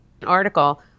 article